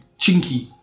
chinky